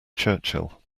churchill